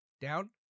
Down